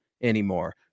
anymore